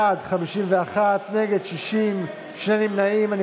51, נגד, 60, נמנעים, שניים.